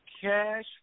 cash